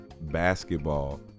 basketball